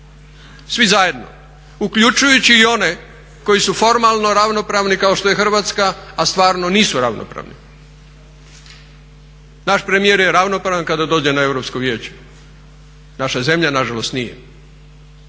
svi zajedno, uključujući i one koji su formalno ravnopravni kao što je Hrvatska, a stvarno nisu ravnopravni. Naš premijer je ravnopravan kada dođe na Europsko vijeće, naša zemlja nažalost nije